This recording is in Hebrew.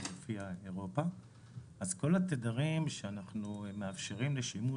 אז כל התדרים שאנחנו מאפשרים לשימוש,